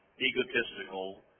egotistical